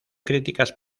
críticas